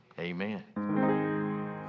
Amen